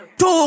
two